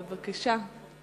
בבקשה.